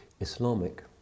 Islamic